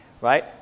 right